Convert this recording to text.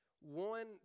One